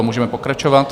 Můžeme pokračovat.